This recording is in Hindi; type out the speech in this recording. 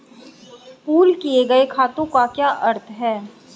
पूल किए गए खातों का क्या अर्थ है?